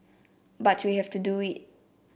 but we have to do it